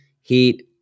heat